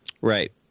Right